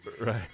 Right